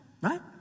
Right